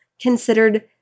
considered